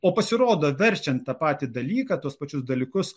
o pasirodo verčiant tą patį dalyką tuos pačius dalykus